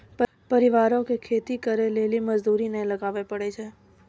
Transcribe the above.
परिवारो के खेती करे लेली मजदूरी नै लगाबै पड़ै छै